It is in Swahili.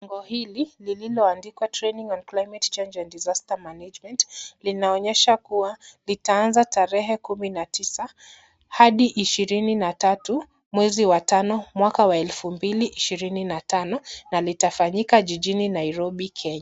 Bango hili lililoandikwa Training On Climate Change And Disaster Management linaonyesha kuwa litaanza tarehe kumi na tisa hadi ishirini na tatu mwezi wa tano mwaka wa elfu mbili ishirini na tano na litafanyika jijini Nairobi Kenya.